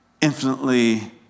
infinitely